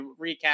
recap